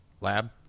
Lab